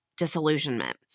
Disillusionment